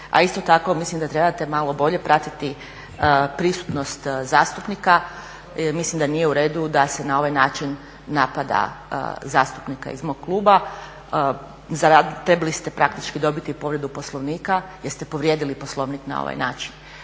a isto tako mislim da trebate malo bolje pratiti prisutnost zastupnika, mislim da nije u redu da se na ovaj način napada zastupnika iz mog kluba. Trebali ste praktički dobiti povredu Poslovnika jer ste povrijedili Poslovnik na ovaj način.